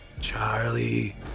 Charlie